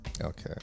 okay